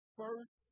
first